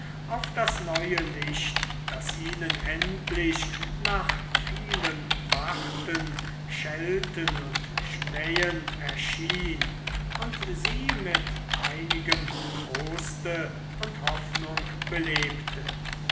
auf das neue licht das ihnen endlich nach vielem warten schelten und schmähen erschien und sie mit einigem troste und hoffnung belebte